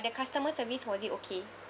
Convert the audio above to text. the customer service was it okay